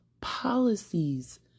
policies